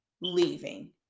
leaving